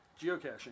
geocaching